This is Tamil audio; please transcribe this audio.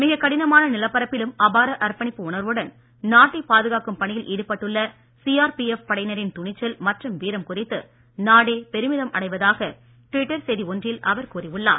மிக கடினமான நிலப்பரப்பிலும் அபார அர்ப்பணிப்பு உணர்வுடன் நாட்டை பாதுகாக்கும் பணியில் ஈடுபட்டுள்ள சிஆர்பிஎஃப் படையினரின் துணிச்சல் மற்றும் வீரம் குறித்து நாடே பெருமிதம் அடைவதாக ட்விட்டர் செய்தி ஒன்றில் அவர் கூறியுள்ளார்